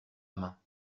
main